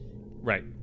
Right